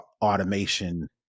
automation